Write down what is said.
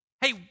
hey